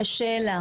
השאלה